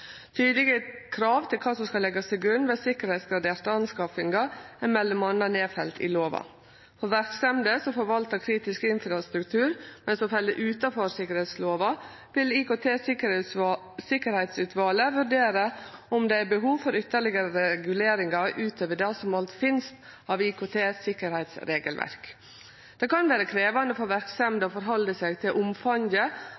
Tydlege krav til kva som skal leggjast til grunn ved sikkerheitsgraderte anskaffingar er m.a. nedfelt i lova. For verksemder som forvaltar kritisk infrastruktur, men som fell utanfor sikkerheitslova, vil IKT-sikkerheitsutvalet vurdere om det er behov for ytterlegare reguleringar utover det som alt finst av IKT-sikkerheitsregelverk. Det kan vere krevjande for